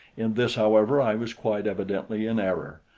in this, however, i was quite evidently in error,